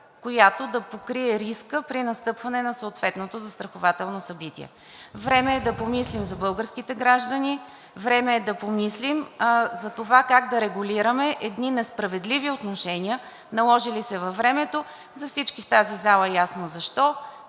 която да покрие риска при настъпване на съответното застрахователно събитие. Време е да помислим за българските граждани, време е да помислим за това как да регулираме едни несправедливи отношения, наложили се във времето. За всички в тази зала е ясно защо